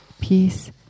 peace